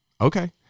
Okay